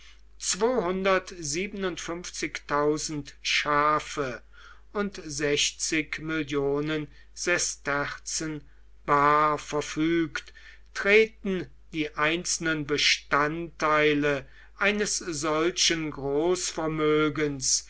schafe und mill sesterzen bar verfügt treten die einzelnen bestandteile eines solchen großvermögens